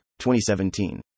2017